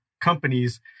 companies